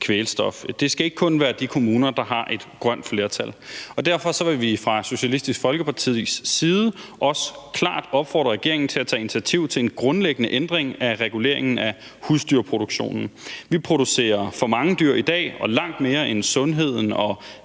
kvælstof. Det skal ikke kun være de kommuner, der har et grønt flertal. Derfor vil vi fra Socialistisk Folkepartis side også klart opfordre regeringen til at tage initiativ til en grundlæggende ændring af reguleringen af husdyrproduktionen. Vi producerer for mange dyr i dag og langt mere, end sundheden,